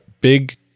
Big